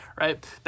right